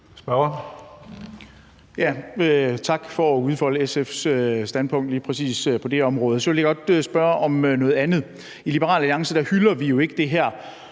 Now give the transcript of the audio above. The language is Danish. (LA): Tak for at udfolde SF's standpunkt lige præcis på det område. Så vil jeg godt spørge om noget andet. I Liberal Alliance hylder vi jo ikke det her